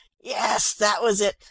yes, that was it.